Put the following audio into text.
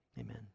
amen